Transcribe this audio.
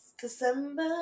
December